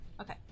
Okay